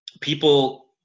People